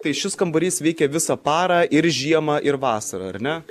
tai šis kambarys veikia visą parą ir žiemą ir vasarą ar ne